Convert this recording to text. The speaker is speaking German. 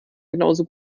genauso